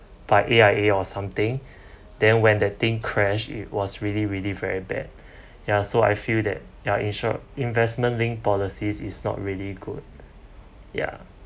by A_I_A or something then when the thing crash it was really really very bad ya so I feel that ya insured investment linked policies is not really good ya